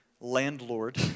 landlord